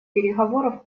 переговоров